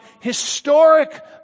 historic